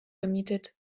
gemietet